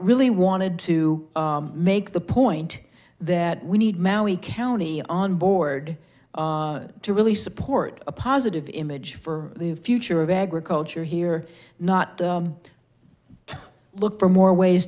really wanted to make the point that we need maui county on board to really support a positive image for the future of agriculture here not look for more ways